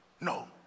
No